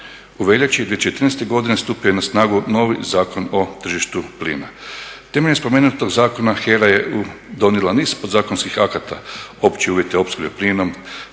U veljači 2014. godine stupio je na snagu novi Zakon o tržištu plina. Temeljem spomenutog zakona HERA je donijela niz podzakonskih akata, opće uvjete opskrbe plinom,